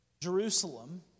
Jerusalem